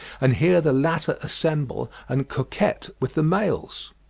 and here the latter assemble and coquet with the males.